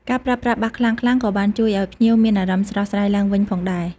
ការប្រើប្រាស់បាសខ្លាំងៗក៏បានជួយឱ្យភ្ញៀវមានអារម្មណ៍ស្រស់ស្រាយឡើងវិញផងដែរ។